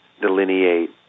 delineate